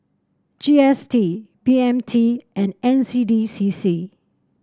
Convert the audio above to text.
G S T B M T and N C D C C